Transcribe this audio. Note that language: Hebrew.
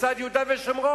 לצד יהודה ושומרון.